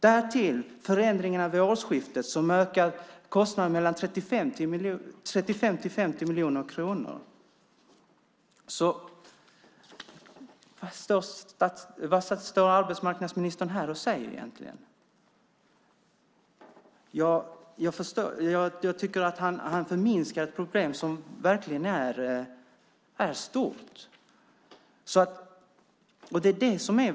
Därtill kommer förändringarna vid årsskiftet som ökar kostnaden med mellan 35 och 50 miljoner kronor. Vad säger arbetsmarknadsministern egentligen? Jag tycker att han förminskar ett problem som verkligen är stort.